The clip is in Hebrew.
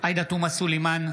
עאידה תומא סלימאן,